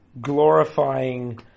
glorifying